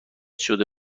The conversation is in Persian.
شده